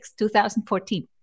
2014